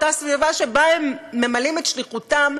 אותה סביבה שבה הם ממלאים את שליחותם,